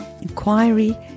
inquiry